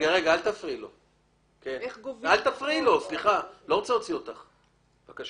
לפי